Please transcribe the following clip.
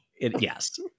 Yes